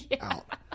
out